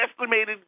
estimated